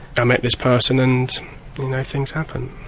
i met this person and things happen.